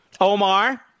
Omar